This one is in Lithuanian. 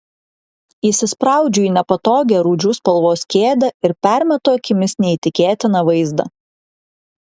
įsispraudžiu į nepatogią rūdžių spalvos kėdę ir permetu akimis neįtikėtiną vaizdą